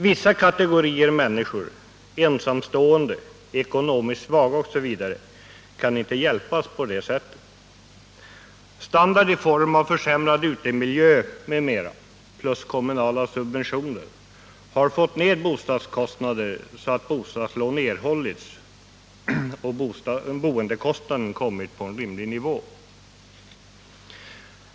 Vissa kategorier människor — ensamstående, ekonomiskt svaga osv. — kan inte hjälpas på detta sätt. Sänkt standard i form av försämrad utemiljö m.m. plus kommunala subventioner har fått ned bostadskostnaderna så att bostadslån erhållits och boendekostnaderna kommit på en rimlig nivå.